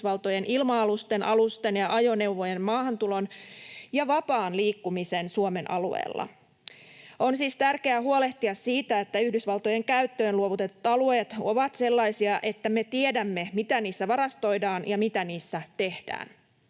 Yhdysvaltojen ilma-alusten, alusten ja ajoneuvojen maahantulon ja vapaan liikkumisen Suomen alueella”. On siis tärkeää huolehtia siitä, että Yhdysvaltojen käyttöön luovutetut alueet ovat sellaisia, että me tiedämme, mitä niissä varastoidaan ja mitä niissä tehdään.